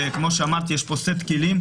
ויש פה סט כלים,